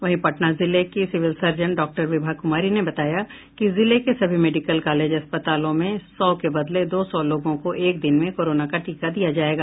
वहीं पटना जिले की civil surgeon doctor Vibha Kumari ने बताया कि जिले के सभी मेडिकल कॉलेज अस्पतालों में सौ के बदले दो सौ लोगों को एक दिन में कोरोना का टीका दिया जायेगा